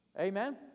Amen